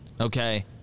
Okay